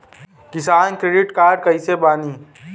किसान credit card कइसे बानी?